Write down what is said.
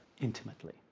intimately